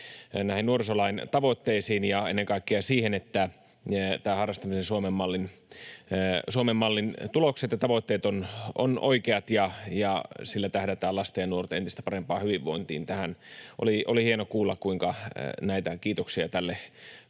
näihin nuorisolain tavoitteisiin ja ennen kaikkea siihen, että harrastamisen Suomen mallin tulokset ja tavoitteet ovat oikeat ja sillä tähdätään lasten ja nuorten entistä parempaan hyvinvointiin. Oli hieno kuulla, kuinka näitä kiitoksia tälle